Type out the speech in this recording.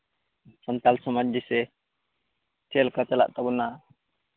ᱥᱟᱱᱛᱟᱲ ᱥᱚᱢᱟᱡᱽ ᱡᱮᱥᱮ ᱪᱮᱫ ᱞᱮᱠᱟ ᱪᱟᱞᱟᱜ ᱛᱟᱵᱚᱱᱟ